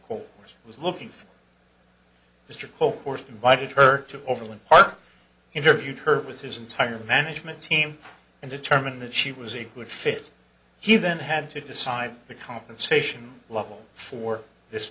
cole was looking for mr coke or invited her to overland park interviewed her with his entire management team and determine that she was a good fit he then had to decide the compensation level for this